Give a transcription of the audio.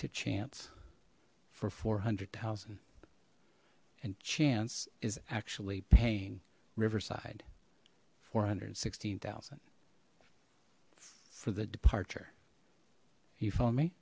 to chance for four hundred thousand and chance is actually paying riverside four hundred and sixteen thousand for the departure you